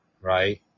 right